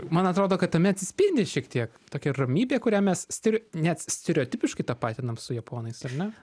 man atrodo kad tame atsispindi šiek tiek tokia ramybė kurią mes stir net stereotipiškai tapatinam su japonais ar ne